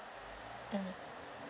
mm